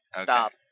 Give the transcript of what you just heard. stop